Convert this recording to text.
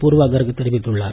பூர்வா கர்க் தெரிவித்துள்ளார்